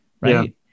right